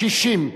60,